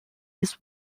his